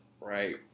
Right